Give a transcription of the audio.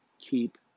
keep